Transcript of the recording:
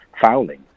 fouling